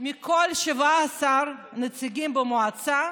מכל 17 הנציגים במועצה,